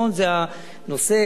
זה הנושא.